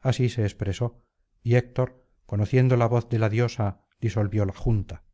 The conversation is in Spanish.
así se expresó y héctor conociendo la voz de la diosa disolvió la junta